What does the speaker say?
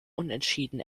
unentschieden